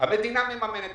המדינה מממנת.